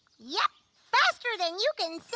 yep faster than you can say.